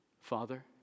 Father